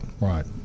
right